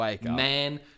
man